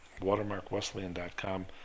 watermarkwesleyan.com